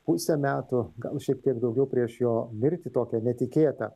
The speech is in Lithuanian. pusę metų gal šiek tiek daugiau prieš jo mirtį tokią netikėtą